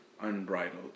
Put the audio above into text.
unbridled